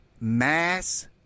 Mass